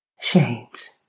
shades